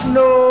no